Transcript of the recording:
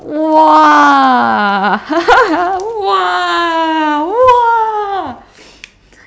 !wah! !wah! !wah!